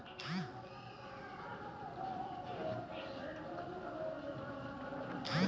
हम अपन अनाज मंडी तक कोना भेज सकबै?